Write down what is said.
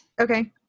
Okay